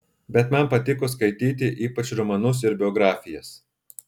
bet man patiko skaityti ypač romanus ir biografijas